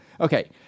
okay